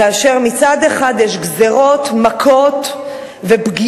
כאשר מצד אחד יש גזירות, מכות ופגיעה